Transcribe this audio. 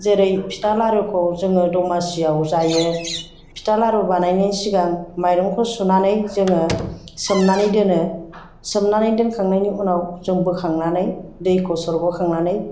जेरै फिथा लारुखौ जोङो दमासियाव जायो फिथा लारु बानायनायनि सिगां माइरंखौ सुनानै जोङो सोमनानै दोनो सोमनानै दोनखांनायनि उनाव जों बोखांनानै दैखौ सरहोखांनानै